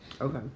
Okay